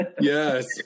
Yes